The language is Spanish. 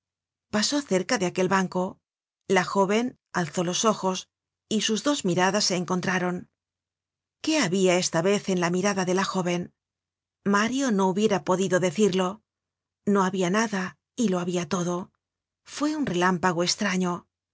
pasó cerca de aquel banco la jóven alzó los ojos y sus dos miradas se encontraron qué habia esta vez en la mirada de la jóven mario no hubiera podido decirlo no habia nada y lo habia todo fue un relámpago estraño